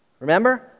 Remember